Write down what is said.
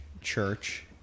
church